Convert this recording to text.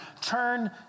turn